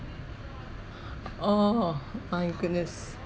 oh my goodness